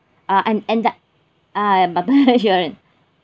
uh and and uh personal insurance